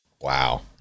Wow